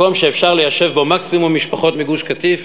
מקום שאפשר ליישב בו מקסימום משפחות מגוש-קטיף